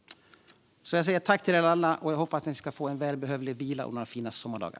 Jag säger tack till er alla och hoppas att ni ska få en välbehövlig vila och några fina sommardagar.